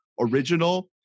original